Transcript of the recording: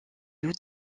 loups